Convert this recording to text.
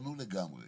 שהשתנו לגמרי